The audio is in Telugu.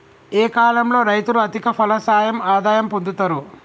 ఏ కాలం లో రైతులు అధిక ఫలసాయం ఆదాయం పొందుతరు?